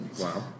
Wow